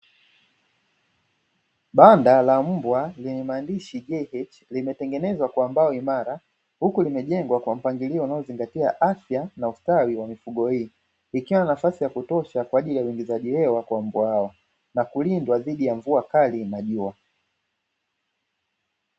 Banda la mbwa linye maandishi "J.H" limetengenezwa kwa mbao imara huku limejengwa kwa mpangilio unaozingatia afya na ustawi wa mifugo hii ikiwa na nafasi ya kutosha kwa ajili ya uigizaji hewa kwa mbwa wao na kulindwa dhidi ya mvua kali na jua.